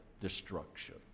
destruction